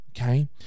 okay